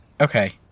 Okay